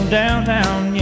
downtown